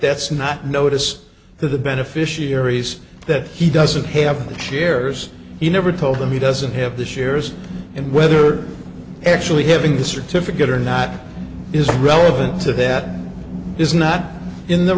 that's not notice to the beneficiaries that he doesn't have the shares he never told them he doesn't have the shares and whether actually having the certificate or not is irrelevant to that is not in the